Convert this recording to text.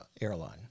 airline